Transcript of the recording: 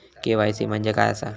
KYC म्हणजे काय आसा?